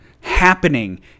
happening